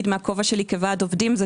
מהכובע שלי כוועד עובדים אני יכולה להגיד